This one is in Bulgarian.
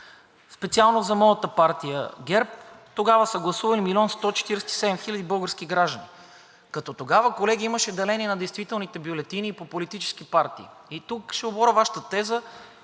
специално за моята партия ГЕРБ тогава са гласували 1 млн. 147 хил. български граждани, като тогава, колеги, имаше деление на действителните бюлетини и по политически партии и тук ще оборя Вашата теза,